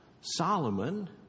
Solomon